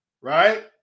right